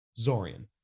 Zorian